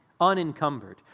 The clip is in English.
unencumbered